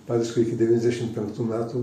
praktiškai iki devyniasdešim penktų metų